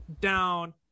down